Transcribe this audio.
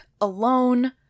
alone